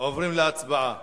עוברים להצבעה.